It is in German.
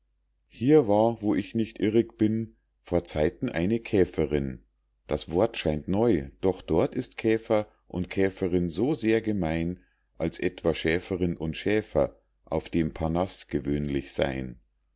hier war wo ich nicht irrig bin vor zeiten eine käferin das wort scheint neu doch dort ist käfer und käferin so sehr gemein als etwa schäferin und schäfer auf dem parnaß gewöhnlich seyn